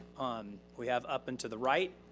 um we have up and to the right